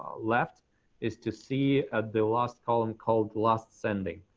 left is to see ah the last column called last sending.